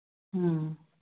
ꯎꯝ